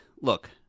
Look